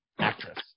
actress